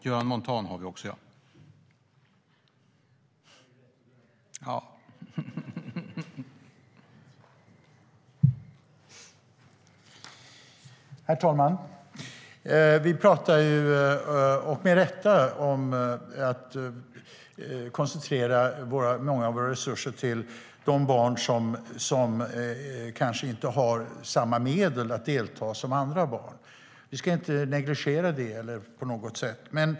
Herr talman! Vi talar med rätta om att koncentrera många av våra resurser till de barn som kanske inte har samma medel till att delta som andra barn. Vi ska inte negligera det på något sätt.